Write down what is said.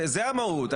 זה המהות.